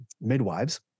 midwives